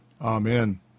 Amen